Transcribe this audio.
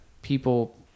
People